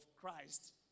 Christ